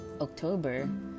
October